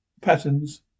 patterns